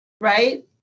right